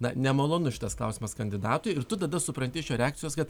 na nemalonus šitas klausimas kandidatui ir tu tada supranti iš jo reakcijos kad